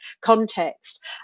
context